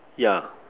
yeah